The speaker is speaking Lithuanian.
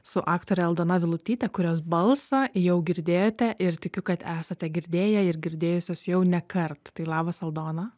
su aktore aldona vilutyte kurios balsą jau girdėjote ir tikiu kad esate girdėję ir girdėjusios jau nekart tai labas aldona